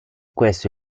questo